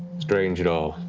strange at all